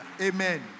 amen